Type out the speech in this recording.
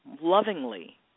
lovingly